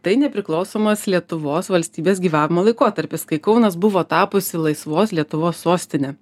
tai nepriklausomos lietuvos valstybės gyvavimo laikotarpis kai kaunas buvo tapusi laisvos lietuvos sostine